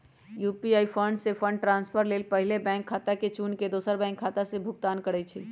UPI से fund transfer लेल पहिले बैंक खता के चुन के दोसर बैंक खता से भुगतान करइ छइ